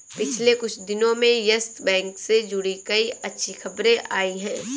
पिछले कुछ दिनो में यस बैंक से जुड़ी कई अच्छी खबरें आई हैं